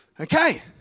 Okay